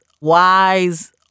wise